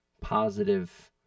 positive